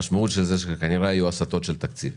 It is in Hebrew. המשמעות היא שכנראה היו הסטות של תקציב.